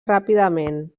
ràpidament